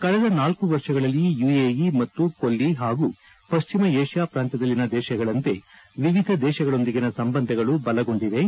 ಕಳೆದ ನಾಲ್ಕು ವರ್ಷಗಳಲ್ಲಿ ಯುಎಇ ಮತ್ತು ಕೊಲ್ಲಿ ಹಾಗೂ ಪಶ್ಚಿಮ ಏಷ್ತಾ ಪ್ರಾಂತ್ಯದಲ್ಲಿನ ದೇಶಗಳಂತೆ ವಿವಿಧ ದೇಶಗಳೊಂದಿಗಿನ ಸಂಬಂಧಗಳು ಬಲಗೊಂಡಿವೆ